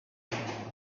mihanda